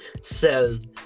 says